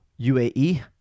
UAE